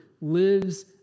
lives